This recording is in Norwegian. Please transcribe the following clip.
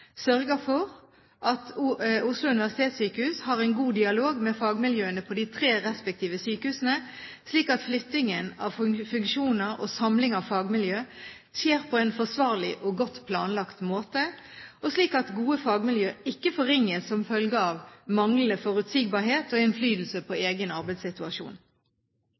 for at Oslo universitetssykehus har en god dialog med fagmiljøene ved de tre respektive sykehusene, slik at flyttingen av funksjoner og samling av fagmiljøer skjer på en forsvarlig og godt planlagt måte – og slik at gode fagmiljøer ikke forringes som følge av manglende forutsigbarhet og innflytelse på egen arbeidssituasjon.